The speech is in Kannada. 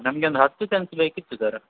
ನಮಗೆ ಒಂದು ಹತ್ತು ಸೆನ್ಸ್ ಬೇಕಿತ್ತು ಸರ